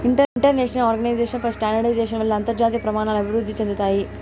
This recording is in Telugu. ఇంటర్నేషనల్ ఆర్గనైజేషన్ ఫర్ స్టాండర్డయిజేషన్ వల్ల అంతర్జాతీయ ప్రమాణాలు అభివృద్ధి చెందుతాయి